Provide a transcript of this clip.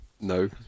No